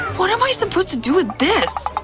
what am i supposed to do with this?